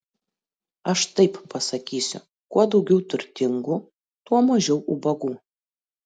aš taip pasakysiu kuo daugiau turtingų tuo mažiau ubagų